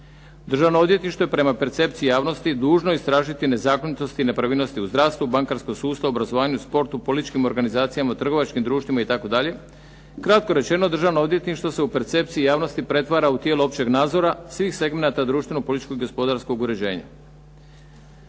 Državno odvjetništvo je prema percepciji javnosti dužno istražiti nezakonitosti i nepravilnosti u zdravstvu, bankarskom sustavu, obrazovanju, sportu, političkim organizacijama, trgovačkim društvima itd. Ukratko rečeno Državno odvjetništvo se u percepciji javnosti pretvara u tijelo općeg nadzora svih segmenata društvenog, političkog i gospodarskog uređenja.